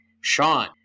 Sean